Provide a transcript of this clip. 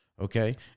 Okay